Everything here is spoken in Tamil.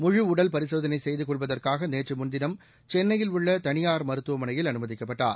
முழு உடல் பரிசோதனை செய்து கொள்வதற்காக நேற்று முன்தினம் சென்னையில் உள்ள தனியார் மருத்துவமனையில் அனுமதிக்கப்பட்டர்